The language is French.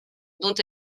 dont